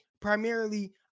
primarily